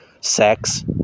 Sex